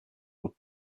were